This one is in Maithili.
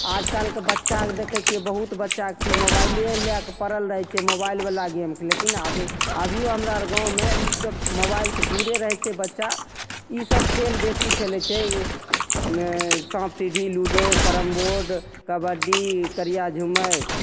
आजकलके बच्चाके देखय छियै बहुत बच्चाके की मोबाइले लएके पड़ल रहय छै मोबाइलवला गेमके लेकिन अभियो हमरा अर गाँवमे ईसब मोबाइलसँ दूरे रहय छै बच्चा ईसब खेल बेसी खेलय छै साँप सीढ़ी लूडो कैरम बोर्ड कबड्डी करिया झूम्मैर